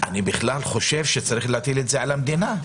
אני בכלל חושב שצריך להטיל את זה על המדינה.